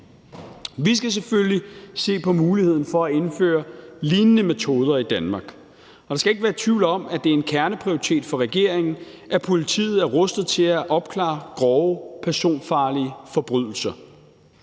Vi skal selvfølgelig se på muligheden for at indføre lignende metoder i Danmark, og der skal ikke være tvivl om, at det er en kerneprioritet for regeringen, at politiet er rustet til at opklare grove, personfarlige forbrydelser.